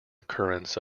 occurrence